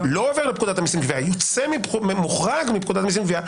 לא עובר לפקודת המיסים ומוחרג מפקודת המיסים (גבייה),